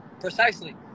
Precisely